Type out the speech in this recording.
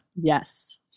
Yes